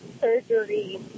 surgery